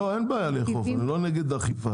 לא, אין בעיה לאכוף, אנחנו לא נגד אכיפה.